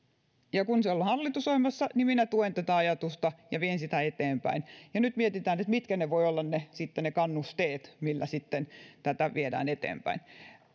ja kun se on hallitusohjelmassa niin minä tuen tätä ajatusta ja vien sitä eteenpäin ja nyt mietitään mitkä voivat olla ne kannusteet millä sitten tätä viedään eteenpäin